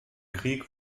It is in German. krieg